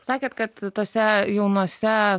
sakėt kad tose jaunose